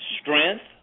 strength